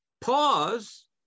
pause